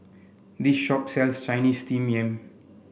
this shop sells Chinese Steamed Yam